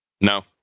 No